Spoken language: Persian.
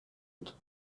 بود